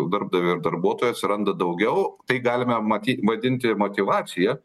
darbdavio ir darbuotojo atsiranda daugiau tai galime maty vadinti motyvacija